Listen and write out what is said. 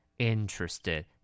Interested